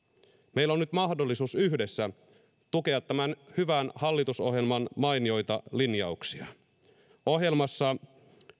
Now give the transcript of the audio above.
meillä on nyt mahdollisuus yhdessä tukea tämän hyvän hallitusohjelman mainioita linjauksia ohjelmassa